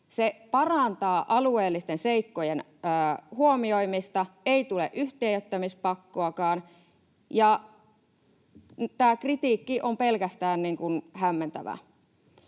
se parantaa alueellisten seikkojen huomioimista, ei tule yhtiöittämispakkoakaan. Tämä kritiikki on pelkästään hämmentävää.